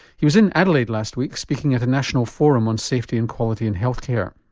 he was in adelaide last week speaking at a national forum on safety and quality in health care.